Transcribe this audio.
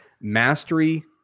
mastery